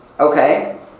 Okay